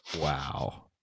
wow